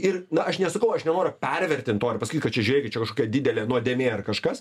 ir na aš nesakau aš nenoriu pervertint to ir pasakyt kad čia žiūrėkit čia kažkokia didelė nuodėmė ar kažkas